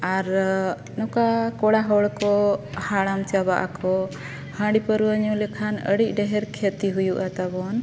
ᱟᱨ ᱱᱚᱝᱠᱟ ᱠᱚᱲᱟ ᱦᱚᱲ ᱠᱚ ᱦᱟᱲᱟᱢ ᱪᱟᱵᱟᱜ ᱟᱠᱚ ᱦᱟᱺᱰᱤ ᱯᱟᱹᱣᱨᱟᱹ ᱧᱩ ᱞᱮᱠᱷᱟᱱ ᱟᱹᱰᱤ ᱰᱷᱮᱨ ᱠᱷᱚᱛᱤ ᱦᱩᱭᱩᱜᱼᱟ ᱛᱟᱵᱚᱱ